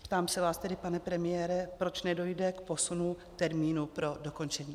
Ptám se vás tedy, pane premiére, proč nedojde k posunu termínu pro dokončení.